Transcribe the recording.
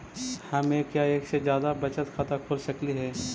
हम एक या एक से जादा बचत खाता खोल सकली हे?